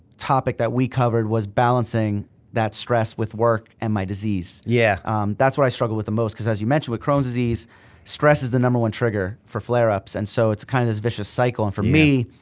topic that we covered was balancing that stress with work and my disease. yeah um that's what i struggle with the most cause as you mentioned with crohn's disease stress is the number one trigger for flare ups and so it's kind of this vicious cycle. and for me,